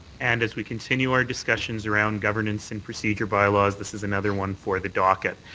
and as we continue our discussions around governance and procedure bylaws, this is another one for the docket.